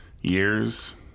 years